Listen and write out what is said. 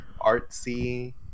artsy